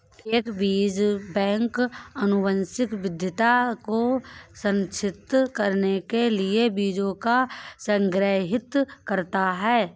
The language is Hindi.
एक बीज बैंक आनुवंशिक विविधता को संरक्षित करने के लिए बीजों को संग्रहीत करता है